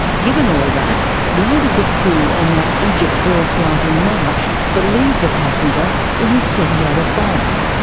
given all that, why did the crew on that egyptair flight in march believe the passenger when he said he had a bomb?